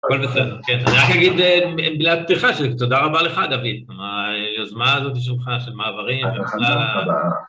כל מצב, כן. אני רק אגיד בלעדתך, שתודה רבה לך, דוד. היוזמה הזאת היא שלך של מעברים ובכלל...